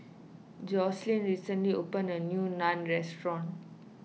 Joselin recently opened a new Naan restaurant